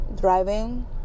driving